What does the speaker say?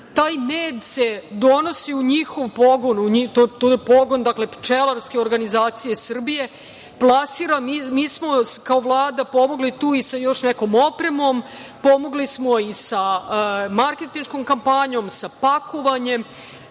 Taj med se donosi u njihov pogon. To je pogon Pčelarske organizacije Srbije, plasira. Mi smo kao Vlada pomogli tu i sa još nekom opremom, pomogli smo i sa marketinškom kampanjom, sa pakovanjem.